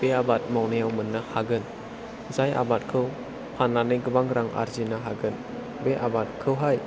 बे आबाद मावनायाव मोननो हागोन जाय आबादखौ फाननानै गोबां रां आर्जिनो हागोन बे आबादखौहाय